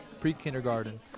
pre-kindergarten